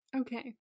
Okay